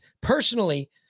personally